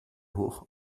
hoch